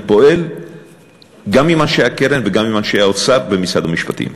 אני פועל גם עם אנשי הקרן וגם עם אנשי האוצר ומשרד המשפטים.